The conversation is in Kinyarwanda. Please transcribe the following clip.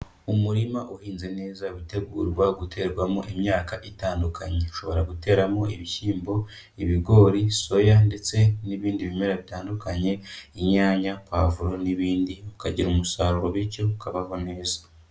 Umurima uhinze neza utegurwa guterwamo imyaka itandukanye, ushobora guteramo ibishyimbo, ibigori, soya ndetse n'ibindi bimera bitandukanye inyanya, pavuro n'ibindi ukagira umusaruro bityo ukabaho neza.